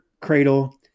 cradle